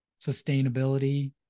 sustainability